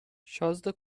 شازده